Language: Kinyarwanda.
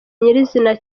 nyirizina